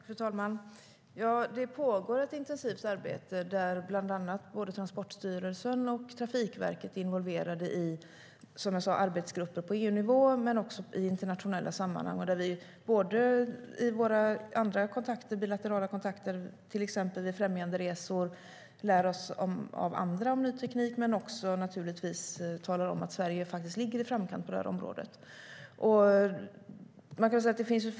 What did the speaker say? Fru talman! Det pågår ett intensivt arbete där bland annat Transportstyrelsen och Trafikverket är involverade. Det gäller arbetsgrupper på EU-nivå men också andra internationella sammanhang. I våra bilaterala kontakter, till exempel vid främjanderesor, lär vi oss om ny teknik men talar naturligtvis också om att Sverige ligger i framkant på det här området. Det finns flera delar i det här.